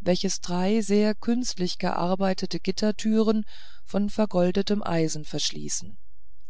welches drei sehr künstlich gearbeitete gittertüren von vergoldetem eisen verschließen